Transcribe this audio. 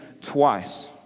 twice